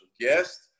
guest